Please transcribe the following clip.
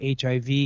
HIV